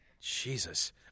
Jesus